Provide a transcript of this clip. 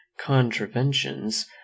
contraventions